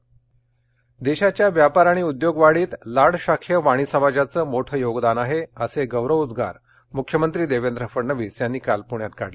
मुख्यमंत्री देशाच्या व्यापार आणि उद्योगवाढीत लाडशाबीय वाणी समाजाचं मोठं योगदान आहे असे गौरवोद्वार मुख्यमंत्री देवेंद्र फडणवीस यांनी पुण्यात काढले